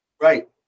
Right